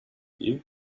you